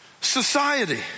society